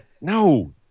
No